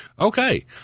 Okay